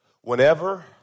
whenever